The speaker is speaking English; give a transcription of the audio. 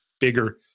bigger